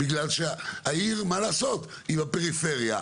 בגלל שהעיר היא בפריפריה,